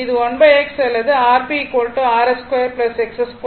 இது 1X அல்லது Rp Rs 2 XS2